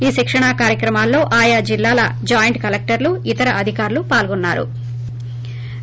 ఈ శిక్షణా కార్యక్రమాల్లో ఆయా జిల్లాల జాయింట్ కలెక్టర్లు ఇతర అధికారులు పాల్గొన్సారు